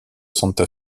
santa